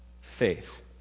faith